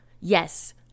yes